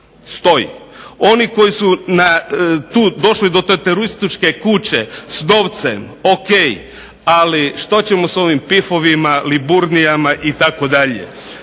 stoj. Oni koji su tu došli do te turističke kuće s novcem ok, ali što ćemo s ovim pifovima, Liburnijama itd.